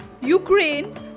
ukraine